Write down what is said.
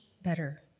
better